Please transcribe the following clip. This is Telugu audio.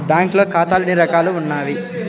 బ్యాంక్లో ఖాతాలు ఎన్ని రకాలు ఉన్నావి?